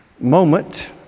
moment